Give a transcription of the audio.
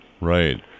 Right